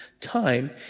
time